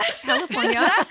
California